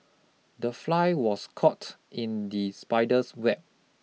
the fly was caught in the spider's web